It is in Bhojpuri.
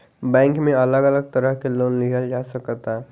बैक में अलग अलग तरह के लोन लिहल जा सकता